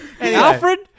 Alfred